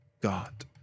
God